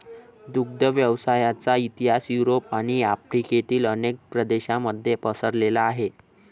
दुग्ध व्यवसायाचा इतिहास युरोप आणि आफ्रिकेतील अनेक प्रदेशांमध्ये पसरलेला आहे